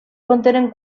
contenen